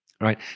right